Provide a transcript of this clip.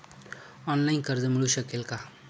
Online कर्ज मिळू शकेल का?